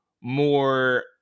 more